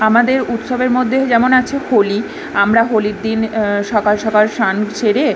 আমাদের উৎসবের মধ্যে যেমন আছে হোলি আমরা হোলির দিন সকাল সকাল স্নান সেরে